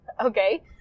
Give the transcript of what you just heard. Okay